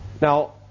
Now